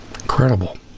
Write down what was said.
incredible